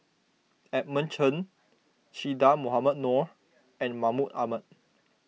Edmund Chen Che Dah Mohamed Noor and Mahmud Ahmad